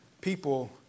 People